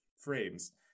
frames